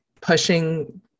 pushing